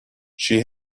she